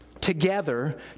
together